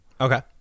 Okay